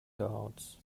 guards